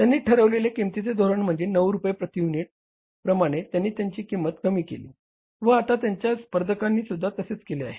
त्यांनी ठरविलेले किंमतीचे धोरण म्हणजेच 9 रुपये प्रती युनिट प्रमाणे त्यांनी त्यांची किंमत कमी केली व आता त्यांच्या स्पर्धकांनीसुद्धा तसेच केले आहे